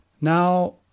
Now